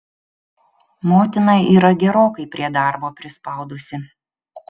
motina yra gerokai prie darbo prispaudusi